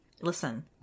listen